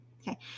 Okay